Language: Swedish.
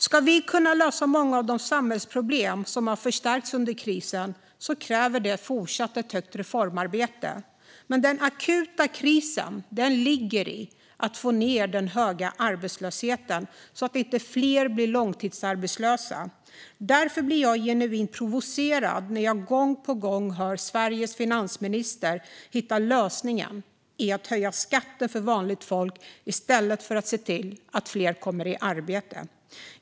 Ska vi kunna lösa många av de samhällsproblem som har förstärkts under krisen kräver det fortsatt ett högt reformarbete, men den akuta krisen ligger i att få ned den höga arbetslösheten så att inte fler blir långtidsarbetslösa. Därför blir jag genuint provocerad när jag gång på gång hör Sveriges finansminister hitta lösningen i att höja skatten för vanligt folk i stället för att se till att fler kommer i arbete.